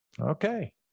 Okay